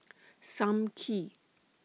SAM Kee